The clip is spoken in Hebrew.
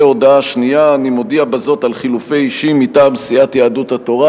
הודעה שנייה: אני מודיע בזאת על חילופי אישים מטעם סיעת יהדות התורה,